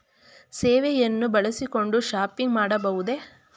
ಸೇವೆಯನ್ನು ಬಳಸಿಕೊಂಡು ಶಾಪಿಂಗ್ ಮಾಡಬಹುದೇ?